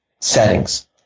settings